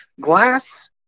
glass –